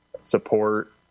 support